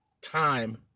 time